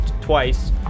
twice